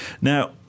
Now